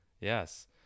Yes